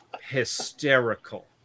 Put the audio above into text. hysterical